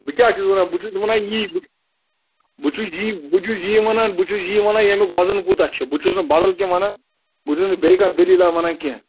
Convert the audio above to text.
بہٕ کیٛاہ چھُس وَنان بہٕ چھُس وَنان یی بہٕ چھُس یی بہٕ چھُس یی وَنن ییٚمکۍ وَزَن کوتاہ چھُ بہٕ چھُس نہٕ بَدَل کیٚنٛہہ وَنان بہٕ چھُس نہٕ بیٚیہِ کانٛہہ دٔلیٖلاہ وَنان کیٚنٛہہ